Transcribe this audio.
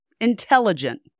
intelligent